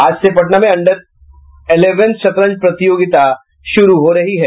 आज से पटना मे अंडर इलेवन शतरंज प्रतियोगिता शुरू हो रही है